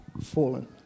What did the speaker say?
fallen